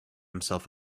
himself